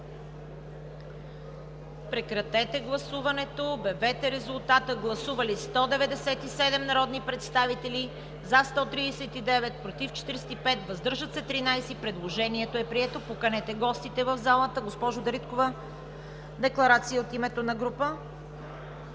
режим на гласуване. Гласували 197 народни представители: за 139, против 45, въздържали се 13. Предложението е прието. Поканете гостите в залата. Госпожо Дариткова, декларация от името на група.